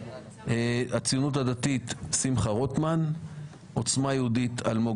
הציונות הדתית שמחה רוטמן; עוצמה יהודית אלמוג